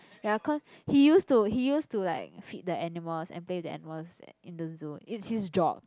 ya cause he used to he used to like feed the animals and play with the animals in the zoo it's his job